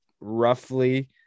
roughly